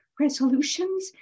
resolutions